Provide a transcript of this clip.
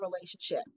relationship